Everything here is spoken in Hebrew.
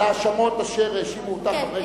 להאשמות אשר האשימו אותך חברי כנסת ברמה האישית.